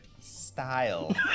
Style